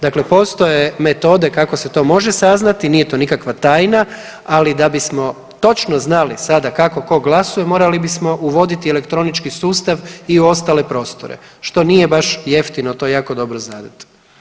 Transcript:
Dakle, postoje metode kako se to može saznati, nije to nikakva tajna, ali da bismo točno znali sada kako ko glasuje morali bismo uvoditi elektronički sustav i u ostale prostore, što nije baš jeftino to jako dobro znadete.